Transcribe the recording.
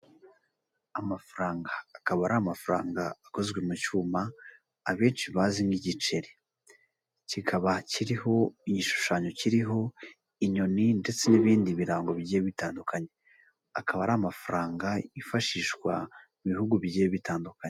Amafaranga, akaba ari amafaranga akozwe mu cyuma abenshi bazi nk' igiceri, kikaba kiriho igishushanyo kiriho inyoni ndetse n'ibindi birango bigiye bitandukanye. Akaba ari amafaranga yifashishwa mu bihugu bigiye bitandukanye.